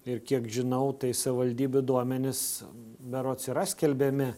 ir kiek žinau tai savivaldybių duomenys berods yra skelbiami